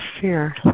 Fear